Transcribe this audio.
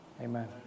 Amen